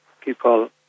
people